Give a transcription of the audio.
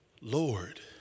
Lord